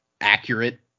accurate